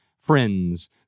friends